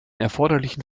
erforderlichen